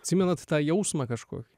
atsimenat tą jausmą kažkokį